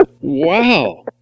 wow